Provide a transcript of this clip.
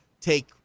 take